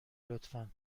لطفا